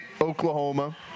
Oklahoma